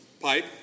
pipe